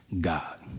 God